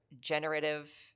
generative